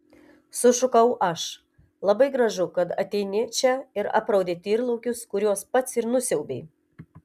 sušukau aš labai gražu kad ateini čia ir apraudi tyrlaukius kuriuos pats ir nusiaubei